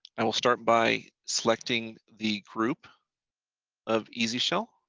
i will start by selecting the group of easy shell.